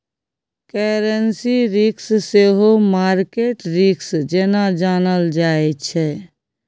currency risk सेहो market risk जेना जानल जाइ छै